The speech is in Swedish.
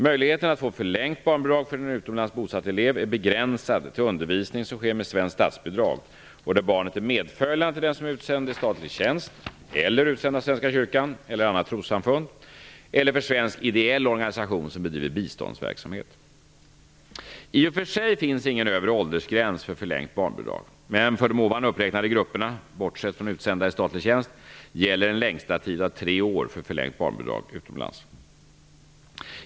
Möjligheten att få förlängt barnbidrag för en utomlands bosatt elev är begränsad till undervisning som sker med svenskt statsbidrag och där barnet är medföljande till den som är utsänd i statlig tjänst eller utsänd av svenska kyrkan eller annat trossamfund eller för svensk ideell organisation som bedriver biståndsverksamhet. I och för sig finns ingen övre åldersgräns för förlängt barnbidrag, men för de ovan uppräknade grupperna, bortsett från utsända i statlig tjänst, gäller en längsta tid av tre år för förlängt barnbidrag utomlands.